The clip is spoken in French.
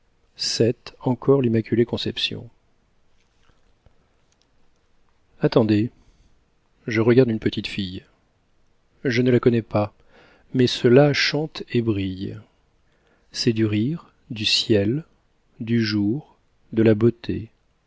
attendez je regarde une petite fille je ne la connais pas mais cela chante et brille c'est du rire du ciel du jour de la beauté